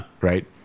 right